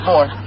More